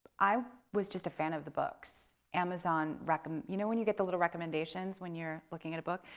i was just a fan of the books. amazon recommended, you know when you get the little recommendations when you're looking at a book?